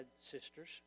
sisters